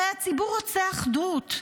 הרי הציבור רוצה אחדות.